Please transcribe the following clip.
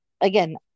again